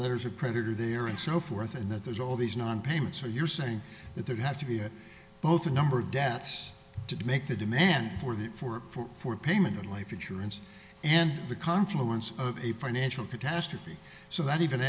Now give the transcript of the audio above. letters are predator there and so forth and that there's all these nonpayment so you're saying that there have to be both a number of debts to make the demand for that for for payment of life insurance and the confluence of a financial catastrophe so that